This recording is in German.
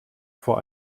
vor